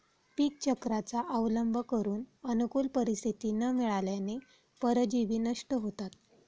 पीकचक्राचा अवलंब करून अनुकूल परिस्थिती न मिळाल्याने परजीवी नष्ट होतात